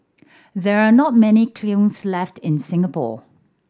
there are not many left in Singapore